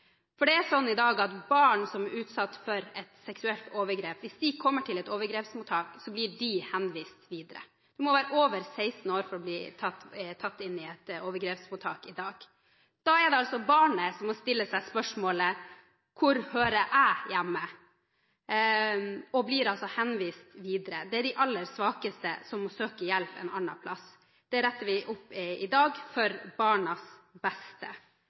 Det er sånn i dag at hvis barn som er utsatt for et seksuelt overgrep kommer til et overgrepsmottak, blir de henvist videre. Du må være over 16 år for å bli tatt inn på et overgrepsmottak i dag. Da er det altså barna som må stille seg spørsmålet: Hvor hører jeg hjemme? De blir altså henvist videre. Det er de aller svakeste som må søke hjelp et annet sted. Det retter vi opp i dag, for barnas beste.